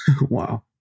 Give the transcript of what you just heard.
Wow